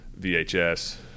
VHS